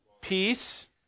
peace